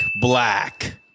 Black